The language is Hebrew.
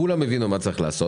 כולם הבינו מה צריך לעשות.